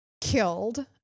killed